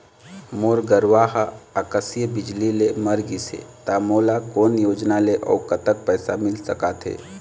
मोर गरवा हा आकसीय बिजली ले मर गिस हे था मोला कोन योजना ले अऊ कतक पैसा मिल सका थे?